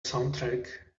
soundtrack